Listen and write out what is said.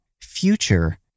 future